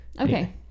Okay